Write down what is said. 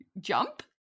Jump